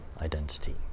identity